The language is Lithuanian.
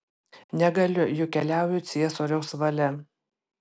negaliu juk keliauju ciesoriaus valia